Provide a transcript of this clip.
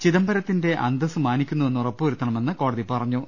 ചിദംബരത്തിന്റെ അന്തസ്സ് മാനിക്കുന്നുവെന്ന് ഉറപ്പുവരുത്തണമെന്നും കോടതി പറഞ്ഞു